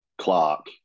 Clark